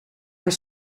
voor